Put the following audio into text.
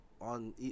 on